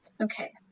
Okay